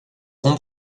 rond